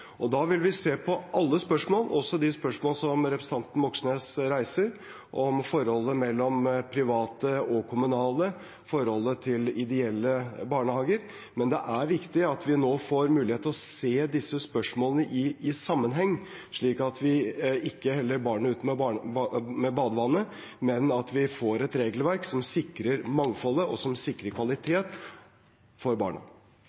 Da vil vi se på alle spørsmål – også de spørsmålene representanten Moxnes reiser om forholdet mellom private barnehager og kommunale og ideelle barnehager. Men det er viktig at vi får mulighet til å se disse spørsmålene i sammenheng, slik at vi ikke heller barnet ut med badevannet, men får et regelverk som sikrer mangfoldet, og som sikrer kvalitet for barna.